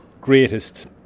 greatest